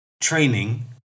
training